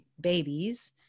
babies